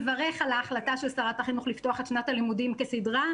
מברך על ההחלטה של שרת החינוך לפתוח את שנת הלימודים כסדרה,